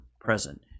present